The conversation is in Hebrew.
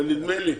דבר שני,